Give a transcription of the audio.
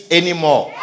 anymore